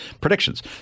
predictions